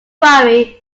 worry